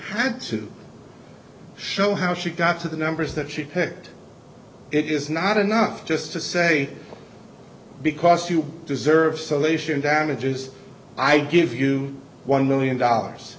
had to show how she got to the numbers that she picked it is not enough just to say because you deserve so lation damages i give you one million dollars